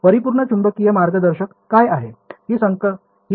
परिपूर्ण चुंबकीय मार्गदर्शक काय आहे